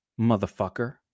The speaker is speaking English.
motherfucker